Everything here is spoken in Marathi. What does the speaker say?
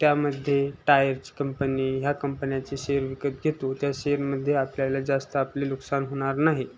त्यामध्ये टायरची कंपनी ह्या कंपन्याचे शेअर विकत घेतो त्या शेअरमध्ये आपल्याला जास्त आपले नुकसान होणार नाही